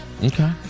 Okay